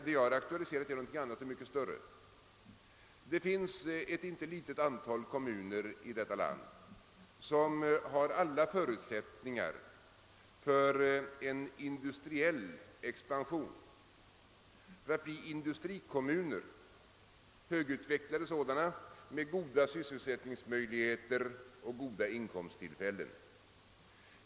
Det finns ett litet antal kommuner i detta land som har alla förutsättningar för en industriell expansion, och för att bli högutvecklade industrikommuner som erbjuder goda sysselsättningsmöjligheter och goda inkomsttillfällen.